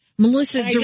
Melissa